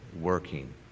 working